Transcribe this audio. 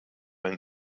ein